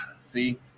See